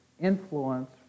influence